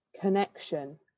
connection